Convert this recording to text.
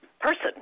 person